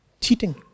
cheating